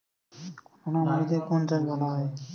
নোনা মাটিতে কোন চাষ ভালো হয়?